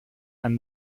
and